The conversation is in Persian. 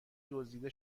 دزدیده